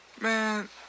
Man